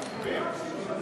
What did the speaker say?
1